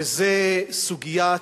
וזו סוגיית,